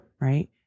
right